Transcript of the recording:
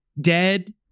dead